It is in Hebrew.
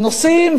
ונוסעים,